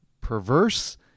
perverse